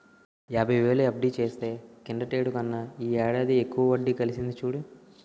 యాబైవేలు ఎఫ్.డి చేస్తే కిందటేడు కన్నా ఈ ఏడాది ఎక్కువ వడ్డి కలిసింది చూడు